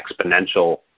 exponential